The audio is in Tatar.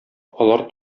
алар